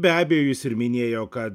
be abejo jis ir minėjo kad